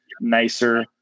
nicer